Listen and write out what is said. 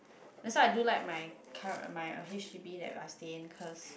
that's why I do like my current my h_d_b that I stay in cause